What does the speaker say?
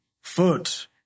foot